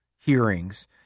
hearings